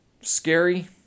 scary